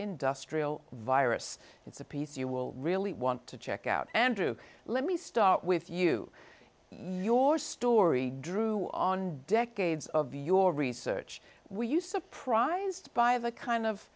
industrial virus it's a piece you will really want to check out andrew let me start with you your story drew on decades of your research you surprised by the kind of